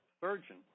surgeon